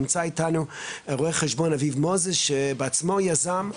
נמצא איתנו אביב רואה חשבון אביב מוזס שבעצמו יזם,